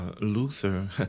Luther